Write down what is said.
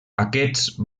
aquests